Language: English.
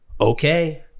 okay